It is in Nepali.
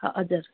हजुर